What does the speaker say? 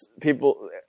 people